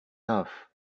love